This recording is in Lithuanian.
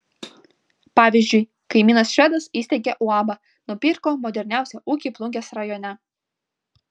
pavyzdžiui kaimynas švedas įsteigė uabą nupirko moderniausią ūkį plungės rajone